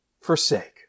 forsake